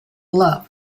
love